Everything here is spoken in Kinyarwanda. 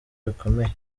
bikomeye